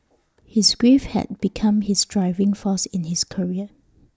his grief had become his driving force in his career